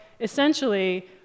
essentially